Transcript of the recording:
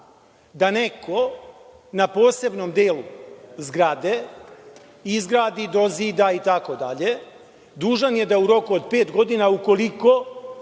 da neko na posebnom delu zgrade izgradi, dozida itd, dužan je da u roku od pet godina, ukoliko